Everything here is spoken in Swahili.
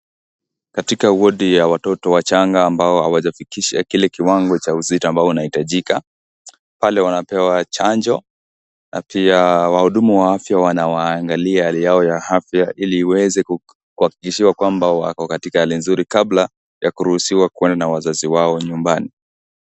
Katika wodi ya watoto wachanga ambao hawajafikisha kile kiwango cha uzito ambao unahitajika. Pale wanapewa chanjo na pia wahudumu wa afya wanawaangalia hali yao ya afya ili waweze kuhakikisha kuwa wako hali mzuri kabla ya kuruhusiwa kuenda na wazazi wao nyumbani.